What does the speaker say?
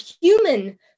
human